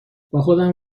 باخودم